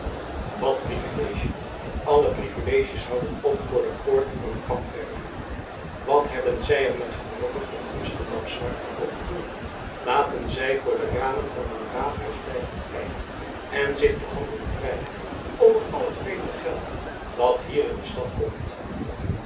wat privilege alle privileges houden op voor de poort van een kampwerf wat hebben zij er met hun rokken van amsterdamsch zwart ook te doen laten zij voor de ramen van hun raadhuis blijven kijken en zich de handen wrijven over al het vreemde geld dat hier in de stad komt